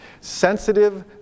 sensitive